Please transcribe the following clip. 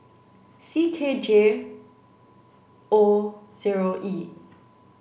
C K J O zero E